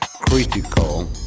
Critical